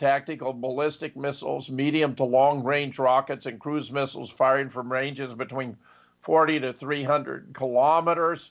tactical ballistic missiles medium to long range rockets and cruise missiles fired from ranges between forty to three hundred kilometers